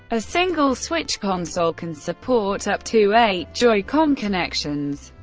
a single switch console can support up to eight joy-con connections.